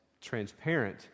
transparent